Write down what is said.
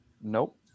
Nope